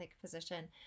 physician